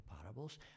parables